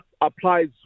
applies